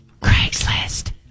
Craigslist